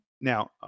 now